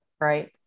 right